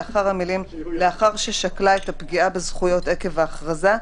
לאחר המילים: לאחר ששקלה את הפגיעה בזכויות עקב ההכרזה,